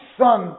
son